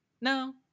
no